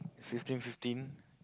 fifteen fifteen